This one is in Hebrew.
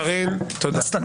קארין, תודה.